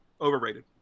Overrated